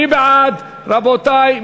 מי בעד, רבותי?